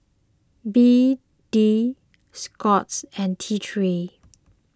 B D Scott's and T three